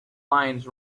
lines